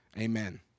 Amen